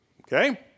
Okay